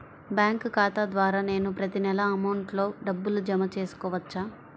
Bank ఖాతా ద్వారా నేను ప్రతి నెల అకౌంట్లో డబ్బులు జమ చేసుకోవచ్చా?